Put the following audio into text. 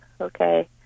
Okay